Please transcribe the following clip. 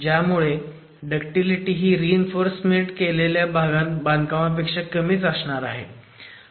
त्यामुळे डक्टिलिटी ही रीइन्फोर्स केलेल्या बांधकामापेक्षा कमीच असणार आहे